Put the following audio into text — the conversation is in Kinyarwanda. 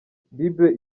bible